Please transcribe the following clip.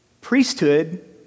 priesthood